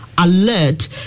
alert